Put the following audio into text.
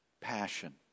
Passion